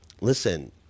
Listen